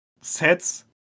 sets